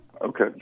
Okay